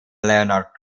leonard